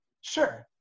Sure